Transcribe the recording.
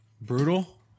brutal